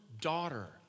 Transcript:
daughter